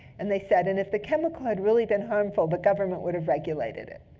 and they said and if the chemical had really been harmful, the government would have regulated it.